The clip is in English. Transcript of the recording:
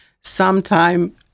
sometime